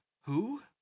Who